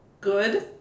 Good